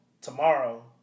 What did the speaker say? tomorrow